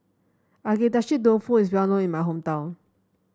Agedashi Dofu is well known in my hometown